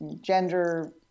gender